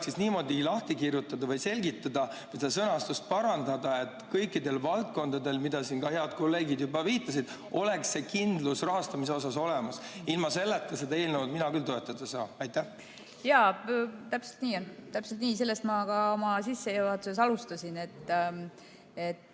see niimoodi lahti kirjutada või selgitada või seda sõnastust parandada, et kõikidel valdkondadel, millele head kolleegid juba viitasid, oleks kindlus rahastamise osas olemas. Ilma selleta mina seda eelnõu küll toetada ei saa. Jaa, täpselt nii on. Täpselt nii, sellest ma ka oma sissejuhatust alustasin. Me